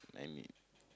I mean